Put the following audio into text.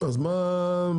אז מה יעשו?